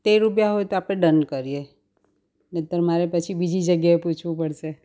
તેર રૂપિયા હોય તો આપણે ડન કરીએ નહીંતર મારે પછી બીજી જગ્યાએ પૂછવું પડશે